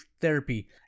therapy